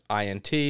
INT